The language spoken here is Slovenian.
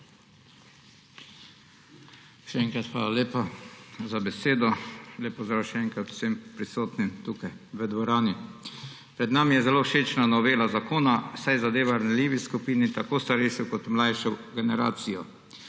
Še enkrat hvala lepa za besedo. Lep pozdrav še enkrat vsem prisotnim tukaj v dvorani! Pred nami je zelo všečna novela zakona, saj zadeva ranljivi skupini, tako starejšo kot mlajšo generacijo.